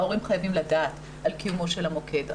ההורים חייבים לדעת על קיומו של המוקד.